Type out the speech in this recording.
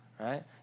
right